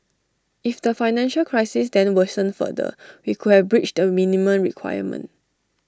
if the financial crisis then worsened further we could have breached the minimum requirement